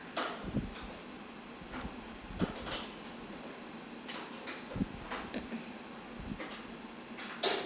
mmhmm